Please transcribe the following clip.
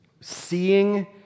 Seeing